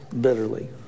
bitterly